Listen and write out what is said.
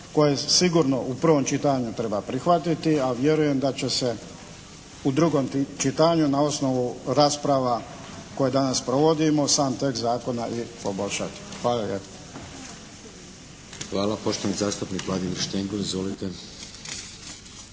koje sigurno u prvo čitanju treba prihvatiti, a vjerujem da će se u drugom čitanju na osnovu rasprava koje danas provodimo sam tekst zakona i poboljšati. Hvala lijepa. **Šeks, Vladimir (HDZ)** Hvala.